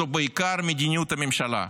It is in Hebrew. זו בעיקר מדיניות הממשלה.